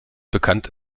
bekannt